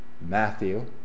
Matthew